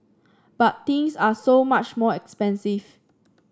but things are so much more expensive